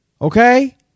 Okay